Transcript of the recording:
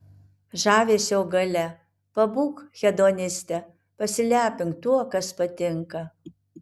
žavesio galia pabūk hedoniste pasilepink tuo kas patinka